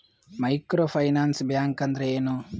Micro finance bank ಅಂದ್ರ ಏನು?